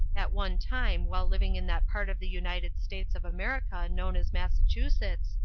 at one time while living in that part of the united states of america known as massachusetts,